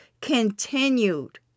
continued